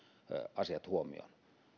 huomioon